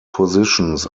positions